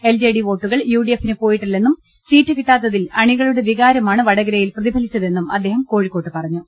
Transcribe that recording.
L J D വോട്ടുകൾ U D എഫിന് പോയി ട്ടില്ലെന്നും സീറ്റ് കിട്ടാത്തിൽ അണികളുടെ വികാരമാണ് വടകരയിൽ പ്രതിഫലിച്ചതെന്നും അദ്ദേഹം കോഴിക്കോട്ട് പറ ഞ്ഞു